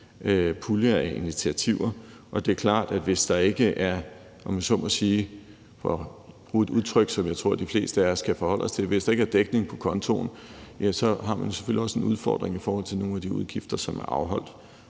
pulje af initiativer. Det er selvfølgelig klart, at man, hvis der – for at bruge et udtryk, som jeg tror de fleste af os kan forholde os til – ikke er dækning på kontoen, så også har en udfordring i forhold til nogle af de udgifter, som er afholdt,